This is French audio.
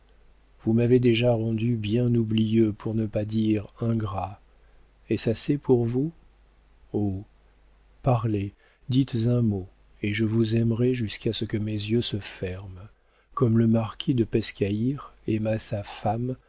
vous m'avez déjà rendu bien oublieux pour ne pas dire ingrat est-ce assez pour vous oh parlez dites un mot et je vous aimerai jusqu'à ce que mes yeux se ferment comme le marquis de pescaire aima sa femme